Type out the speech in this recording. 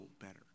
better